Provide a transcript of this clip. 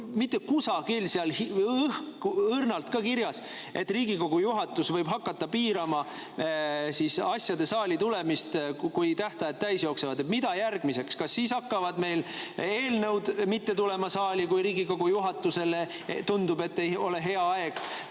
mitte kusagil seal isegi õhkõrnalt kirjas, et Riigikogu juhatus võib hakata piirama asjade saali tulemist, kui tähtajad täis jooksevad. Mida järgmiseks? Kas siis hakkavad meil eelnõud mitte tulema saali, kui Riigikogu juhatusele tundub, et ei ole hea aeg?